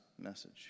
message